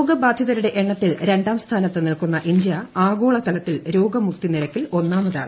രോഗബാധിതരുടെ എണ്ണത്തിൽ രണ്ടാം സ്ഥാനത്ത് നിൽക്കുന്ന ഇന്ത്യ ആഗോളതലത്തിൽ രോഗമുക്തി നിരക്കിൽ ഒന്നാമതാണ്